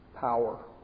power